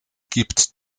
gibt